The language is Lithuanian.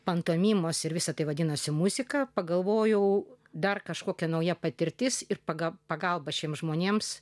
pantomimos ir visa tai vadinasi muzika pagalvojau dar kažkokia nauja patirtis ir pagal pagalbą šiems žmonėms